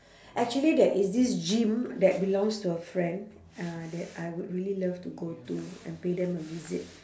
actually there is this gym that belongs to a friend uh that I would really love to go to and pay them a visit